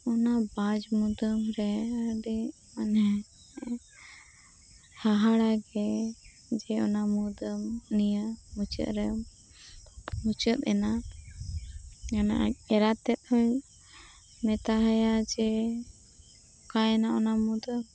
ᱚᱱᱟ ᱵᱟᱡ ᱢᱩᱫᱟᱹᱢ ᱨᱮ ᱟᱹᱰᱤ ᱢᱟᱱᱮ ᱦᱟᱦᱟᱲᱟᱜᱮ ᱡᱮ ᱚᱱᱟ ᱢᱩᱫᱟᱹᱢ ᱱᱤᱭᱟᱹ ᱢᱩᱪᱟᱹᱫ ᱨᱮ ᱢᱩᱪᱟᱹᱫ ᱮᱱᱟ ᱢᱟᱱᱮ ᱟᱡ ᱮᱨᱟᱛᱮᱫ ᱦᱚᱸᱭ ᱢᱮᱛᱟ ᱟᱭᱟ ᱡᱮ ᱚᱠᱟᱭᱮᱱᱟ ᱚᱱᱟ ᱢᱩᱫᱟᱹᱢ